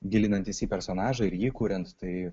gilinantis į personažą ir jį kuriant tai